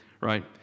Right